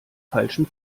falschen